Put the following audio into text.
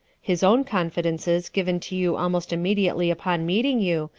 his own confidences, given to you almost immediately upon meeting you,